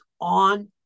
on